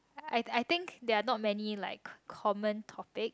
I I think there are not many like common topic